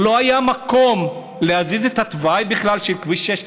בכלל, לא היה מקום להזיז את התוואי של כביש 6?